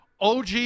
OG